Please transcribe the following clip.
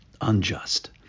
unjust